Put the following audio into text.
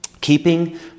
keeping